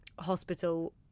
hospital